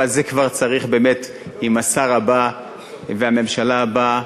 אבל את זה כבר צריך לעשות עם השר הבא והממשלה הבאה.